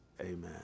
amen